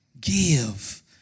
Give